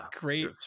great